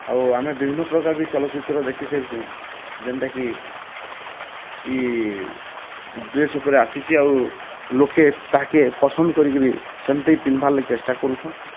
ଆଉ ଆମେ ବିଭିନ୍ନ ପ୍ରକାର୍ ବି ଚଲଚିତ୍ର ଦେଖି ସାରିଛୁ ଯେନ୍ତା କି ଇ ଡ୍ରେସ୍ ଉପରେ ଆସିଛି ଆଉ ଲୋକେ ତାକେ ପସନ୍ଦ କରିକିରି ସେମିତି ପିନ୍ଧିବାର୍ ଲାଗି ଚେଷ୍ଟା କରୁଛନ୍